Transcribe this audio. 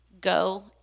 go